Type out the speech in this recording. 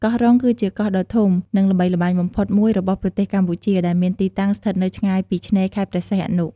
កោះរ៉ុង គឺជាកោះដ៏ធំ និងល្បីល្បាញបំផុតមួយរបស់ប្រទេសកម្ពុជា ដែលមានទីតាំងស្ថិតនៅឆ្ងាយពីឆ្នេរខេត្តព្រះសីហនុ។